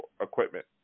equipment